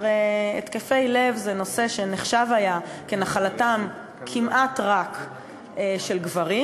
הרי התקפי לב זה נושא שהיה נחשב לנחלתם כמעט רק של גברים,